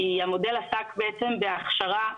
כי המודל עסק בעצם בהכשרה,